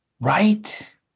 right